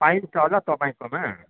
पाइन्छ होला तपईँकोमा